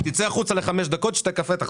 צא החוצה לחמש דקות, תשתה קפה, תחזור.